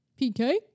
PK